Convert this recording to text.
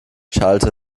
schallte